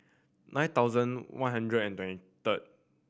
nine thousand one hundred and twenty third